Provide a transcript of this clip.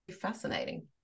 fascinating